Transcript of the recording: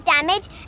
damage